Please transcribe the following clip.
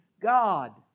God